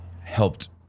helped